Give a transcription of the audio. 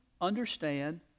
understand